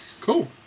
Cool